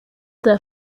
their